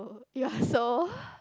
you are so